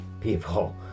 people